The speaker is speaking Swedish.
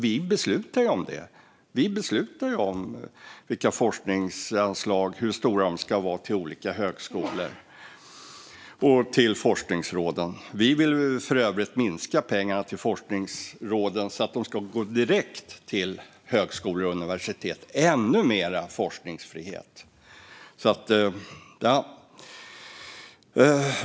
Vi beslutar ju om det. Vi beslutar om vilka forskningsanslag olika högskolor och forskningsråd ska få och hur stora de ska vara. Vi vill för övrigt minska pengarna till forskningsråden så att de går direkt till högskolor och universitet - ännu mer forskningsfrihet.